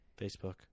Facebook